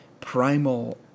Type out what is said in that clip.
primal